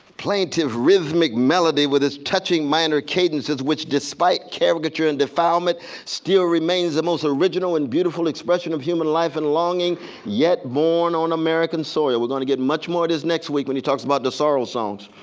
plaintive, rhythmic melody with its touching minor cadences, which despite caricature and defilement still remains the most original and beautiful expression of human life and longing yet born on american soil. we're gonna get much more of this next week when he talks about the sorrow songs.